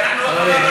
אז אנחנו לא דיברנו.